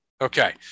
Okay